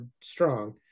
strong